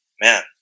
man